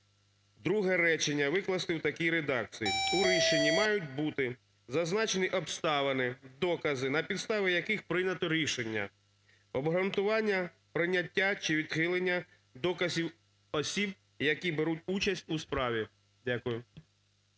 друге речення викласти у такій редакції "у рішенні мають бути зазначені обставини, докази, на підставі яких прийнято рішення, обґрунтування, прийняття чи відхилення доказів осіб, які беруть участь у справі". Дякую.